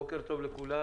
בוקר טוב לכולם.